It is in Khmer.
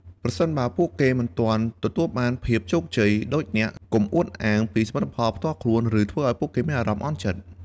ប្រសិនបើពួកគេមិនទាន់ទទួលបានភាពជោគជ័យដូចអ្នក កុំអួតអាងពីសមិទ្ធផលផ្ទាល់ខ្លួន ឬធ្វើឱ្យពួកគេមានអារម្មណ៍អន់ចិត្ត។